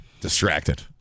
distracted